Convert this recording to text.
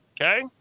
Okay